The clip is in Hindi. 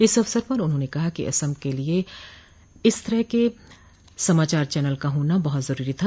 इस अवसर पर उन्होंने कहा कि असम के लिए इस तरह का समाचार चैनल होना बहुत जरूरी था